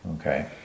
Okay